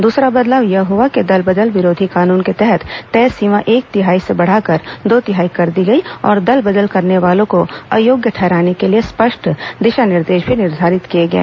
दूसरा बदलाव यह हआ है कि दल बदल विरोधी कानून के तहत तय सीमा एक तिहाई से बढ़ाकर दो तिहाई कर दी गई और दल बदल करने वालों को अयोग्य ठहराने के लिए स्पष्ट दिशा निर्देश भी निर्धारित किए गए